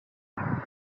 por